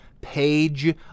page